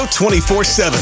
24-7